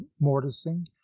mortising